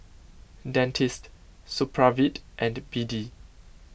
Dentiste Supravit and B D